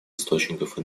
источников